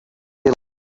they